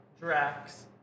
Drax